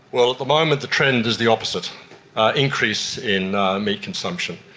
well, at the moment the trend is the opposite an increase in meat consumption.